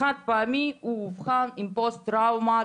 הוא אובחן עם פוסט טראומה,